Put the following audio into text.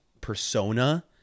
persona